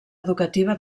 educativa